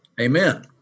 Amen